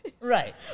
Right